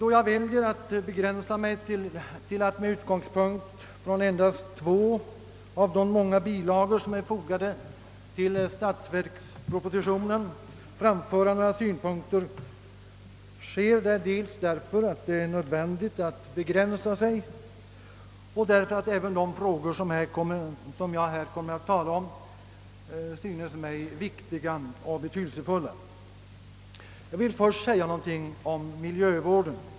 Då jag väljer att begränsa mig till att med utgångspunkt från två av de många bilagor som är fogade till statsverkspropositionen framföra några synpunkter, sker det dels därför att det är nödvändigt att begränsa sig och dels därför att även de frågor som jag här kommer att tala om synes mig viktiga och betydelsefulla. Jag vill först säga något om miljövården.